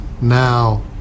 now